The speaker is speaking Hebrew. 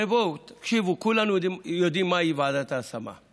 הרי בואו, תקשיבו, כולנו יודעים מהי ועדת ההשמה.